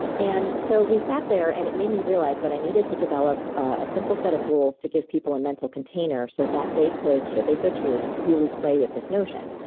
and so we sat there and it made me realize that i needed to develop a simple set of rules to give people a mental container so that they could, so they so choose, really play with this notion.